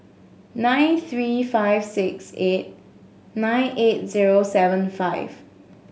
nine three five six eight nine eight zero seven five